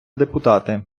депутати